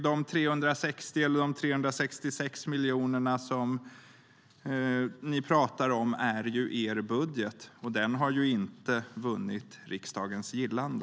De 366 miljoner som ni pratar om är er budget, och den har inte vunnit riksdagens gillande.